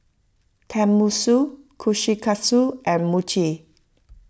Tenmusu Kushikatsu and Mochi